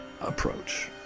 approach